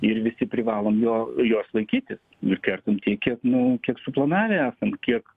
ir visi privalom jo jos laikytis ir kertam tiek kiek nu kiek suplanavę esam kiek